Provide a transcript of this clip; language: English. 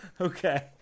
Okay